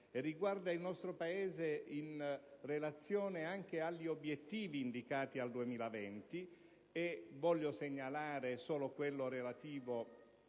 riguarda il nostro Paese in relazione anche agli obiettivi indicati al 2020. Voglio segnalare solo quello relativo